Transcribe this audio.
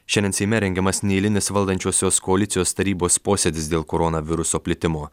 šiandien seime rengiamas neeilinis valdančiosios koalicijos tarybos posėdis dėl koronaviruso plitimo